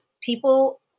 People